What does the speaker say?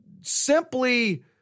simply